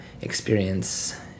experience